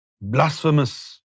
blasphemous